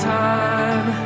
time